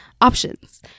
options